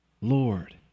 Lord